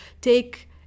take